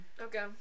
okay